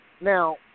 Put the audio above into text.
Now